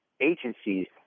agencies